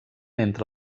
entre